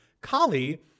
Kali